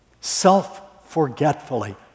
self-forgetfully